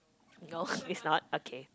no is not okay